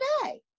today